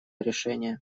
решения